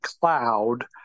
cloud